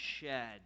shed